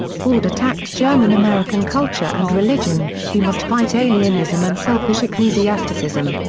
hoard attacked german-american culture and religion we must fight alienism and selfish ecclesiasticism.